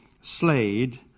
Slade